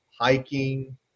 hiking